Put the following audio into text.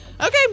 Okay